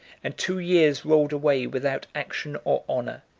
and two years rolled away without action or honor,